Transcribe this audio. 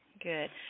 Good